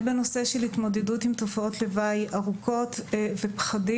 אם בנושא של התמודדות עם תופעות לוואי ארוכות ופחדים,